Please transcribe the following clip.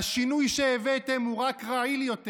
והשינוי שהבאתם הוא רק רעיל יותר,